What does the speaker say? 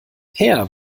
peer